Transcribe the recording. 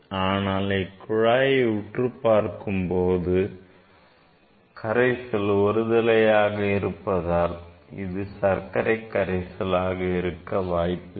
ஆனால் இக்குழாயை உற்று நோக்கும்போது கரைசல் ஒருதலையாக இருப்பதால் இது சர்க்கரை கரைசல் ஆக இருக்க வாய்ப்பில்லை